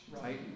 right